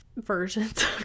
versions